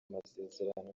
amasezerano